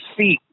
seat